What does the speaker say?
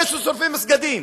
אלה ששורפים מסגדים.